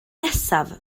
nesaf